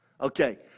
Okay